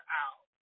out